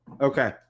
okay